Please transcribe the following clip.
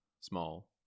small